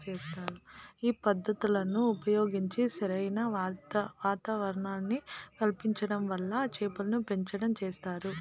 ఈ పద్ధతులను ఉపయోగించి సరైన వాతావరణాన్ని కల్పించటం వల్ల చేపలను పెంచటం చేస్తారు